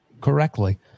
correctly